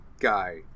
guy